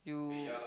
you